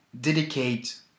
dedicate